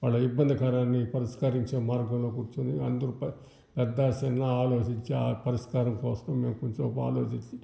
వాళ్ళ ఇబ్బందికరాన్ని పరిష్కరించే మార్గంలో కూర్చొని అందరు పే పెద్ద చిన్న ఆలోచించి ఆ పరిష్కారం కోసం మేము కొంసేపు ఆలోచించి